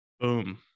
Boom